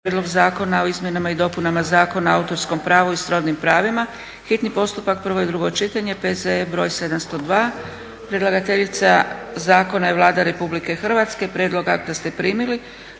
prijedlog zakona o izmjenama i dopunama Zakona o autorskom pravu i srodnim pravima, hitni postupak, prvo i drugo čitanje, P.Z.E. br. 702; Predlagateljica zakona je Vlada Republike Hrvatske. Prijedlog akta ste primili.